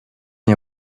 nie